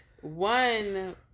one